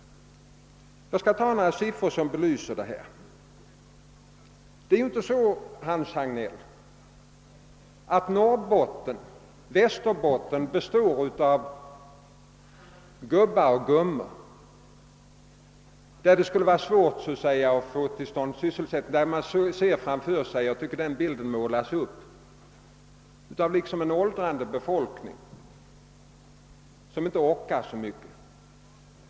Jag skall anföra några siffror som belyser detta. Det är inte så, herr Hagnell, att Norrbotten och Västerbotten bebos av gubbar och gummor. Jag tycker att det målas en bild av en åldrande befolkning som inte orkar så mycket.